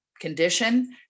condition